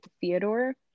theodore